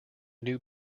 new